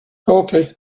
okay